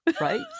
Right